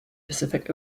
pacific